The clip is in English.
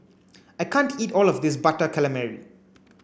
I can't eat all of this butter calamari